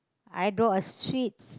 I draw a sweets